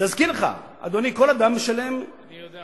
להזכיר לך, אדוני, כל אדם משלם, אני יודע מה זה.